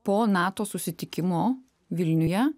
po nato susitikimo vilniuje